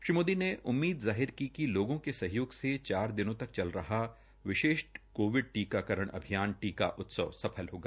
श्री मोदी ने उम्मीद जाहिर की कि लोगों के सहयोग से चार दिनों तक चल रहा विशेष कोविड टीकाकरण अभियान टीका उत्सव सफल होगा